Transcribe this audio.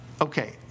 Okay